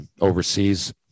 overseas